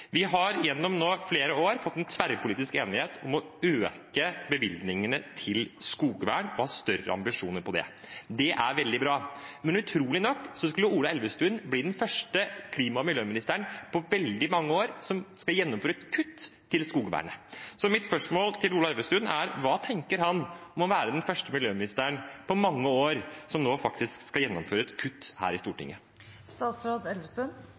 Vi har nå gjennom flere år fått en tverrpolitisk enighet om å øke bevilgningene til skogvern og ha større ambisjoner for det. Det er veldig bra. Men utrolig nok skulle Ola Elvestuen bli den første klima- og miljøministeren på veldig mange år som skal gjennomføre et kutt til skogvernet. Mitt spørsmål til Ola Elvestuen er: Hva tenker han om å være den første miljøministeren på mange år som nå skal gjennomføre et slikt kutt her i